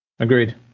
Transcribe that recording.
Agreed